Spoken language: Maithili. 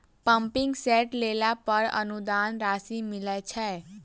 पम्पिंग सेट लेला पर अनुदान राशि मिलय छैय?